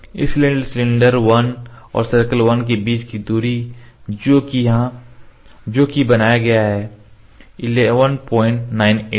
इसलिए सिलेंडर 1 और सर्कल 1 के बीच की दूरी जो कि बनाया गया है 1198 है